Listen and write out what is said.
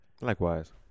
Likewise